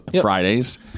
Fridays